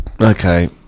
Okay